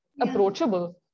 approachable